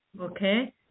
okay